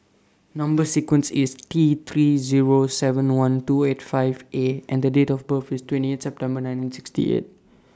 Number sequence IS T three Zero seven one two eight five A and Date of birth IS twenty eight September nineteen sixty eight